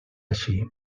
així